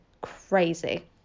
crazy